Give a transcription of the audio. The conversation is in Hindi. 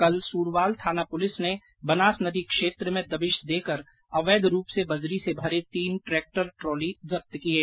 कल सूरवाल थाना पुलिस ने बनास नदी क्षेत्र में दबिश देकर अवैध रूप से बजरी से भरे तीन ट्रेक्टर ट्रॉली जब्त किये